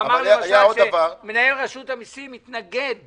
הוא אמר, למשל, שמנהל רשות המסים מתנגד